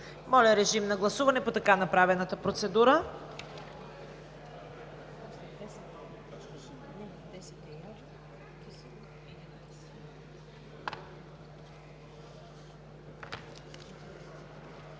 Моля, режим на гласуване по така направената процедура.